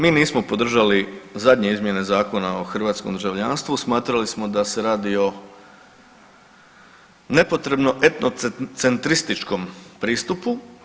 Mi nismo podržali zadnje izmjene Zakona o hrvatskom državljanstvu, smatrali smo da se radi o nepotrebno etno centrističkom pristupu.